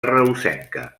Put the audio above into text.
reusenca